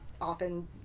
often